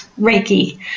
Reiki